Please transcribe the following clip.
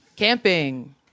Camping